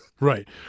right